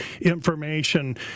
information